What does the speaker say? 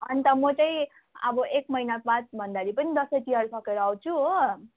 अन्त चाहिँ चाहिँ अब एक महिनाबाद भन्दाखेरि पनि दसैँ तिहार सकेर आउँछु हो